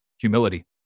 humility